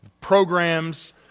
Programs